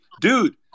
dude